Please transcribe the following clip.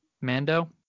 Mando